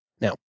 Now